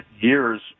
years